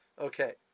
Okay